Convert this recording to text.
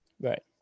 Right